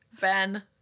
Ben